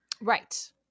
Right